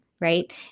right